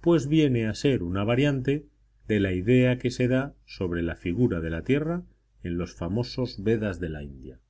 pues viene a ser una variante de la idea que se da sobre la figura de la tierra en los famosos vedas de la india